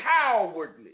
cowardly